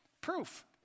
Proof